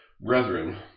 Brethren